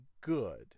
good